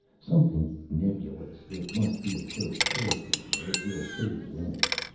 something nebulous, that must be approached carefully or it will fade away.